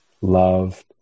loved